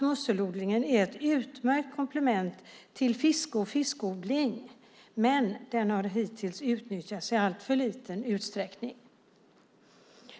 Musselodlingen är ett utmärkt komplement till fiske och fiskodling, men den har hittills utnyttjats i alltför liten utsträckning.